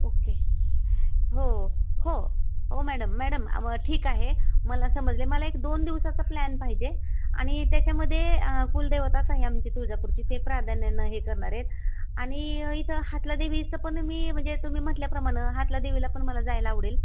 okay हो हो हो मॅडम मॅडम ठीक आहे मला समजले मला एक दोन दिवसाचा प्लॅन पाहिजे आणि त्याच्यामध्ये कुलदेवताच आहे आमची तुळजापूरची ते प्राधान्यानं हे करणार आहे आणि इथं हातला देवीचं पण मी म्हणजे तुम्ही म्हटल्याप्रमाणं हातलादेवीला पण मला जायला आवडेल